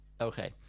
Okay